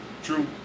True